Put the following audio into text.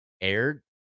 aired